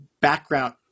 background